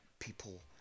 People